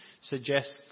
suggests